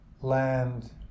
land